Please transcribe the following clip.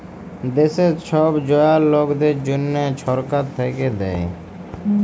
দ্যাশের ছব জয়াল লকদের জ্যনহে ছরকার থ্যাইকে দ্যায়